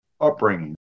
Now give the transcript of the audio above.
upbringing